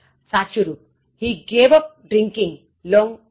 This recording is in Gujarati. સાચું રુપ He gave up drinking long ago